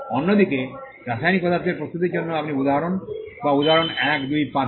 অন্যদিকে রাসায়নিক পদার্থের প্রস্তুতির জন্য আপনি উদাহরণ বা উদাহরণ 1 2 পাবেন